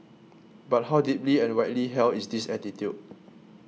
but how deeply and widely held is this attitude